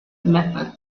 method